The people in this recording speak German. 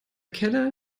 kelle